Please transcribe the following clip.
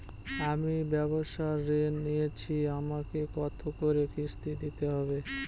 আমি ব্যবসার ঋণ নিয়েছি আমাকে কত করে কিস্তি দিতে হবে?